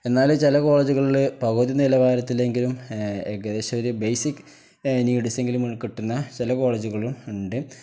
എന്നാല് ചില കോളേജുകളില് പകുതി നിലവാരത്തിലെങ്കിലും ഏകദേശമൊരു ബേസിക് നീഡ്സെങ്കിലും കിട്ടുന്ന ചില കോളേജുകളുമുണ്ട്